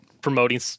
promoting